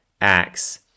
Acts